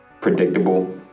predictable